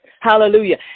hallelujah